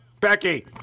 Becky